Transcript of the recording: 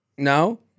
No